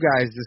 guys